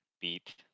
beat